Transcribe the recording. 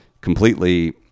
completely